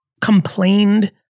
complained